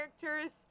characters